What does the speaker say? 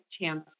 chance